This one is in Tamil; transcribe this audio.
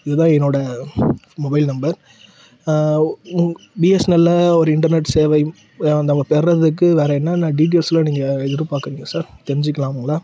இதுதான் என்னோடய மொபைல் நம்பர் உங்க பிஎஸ்என்எல்லில் ஒரு இன்டர்நெட் சேவையும் நம்ம பெறுறதுக்கு வேறு என்னென்ன டீட்டெயில்ஸுலாம் நீங்கள் எதிர்பார்க்கறிங்க சார் தெரிஞ்சிக்கலாமுங்களா